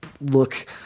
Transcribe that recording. look –